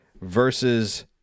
versus